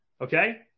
okay